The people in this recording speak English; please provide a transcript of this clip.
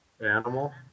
Animal